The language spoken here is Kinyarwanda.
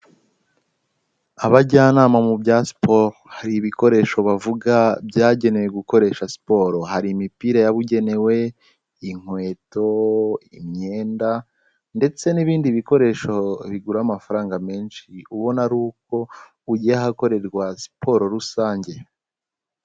Abajyanama mu bya siporo hari ibikoresho bavuga byagenewe gukoresha siporo, hari imipira yabugenewe, inkweto, imyenda ndetse n'ibindi bikoresho bigura amafaranga menshi, ubona ari uko ugiye ahakorerwa siporo rusange.